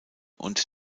und